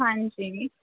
ਹਾਂਜੀ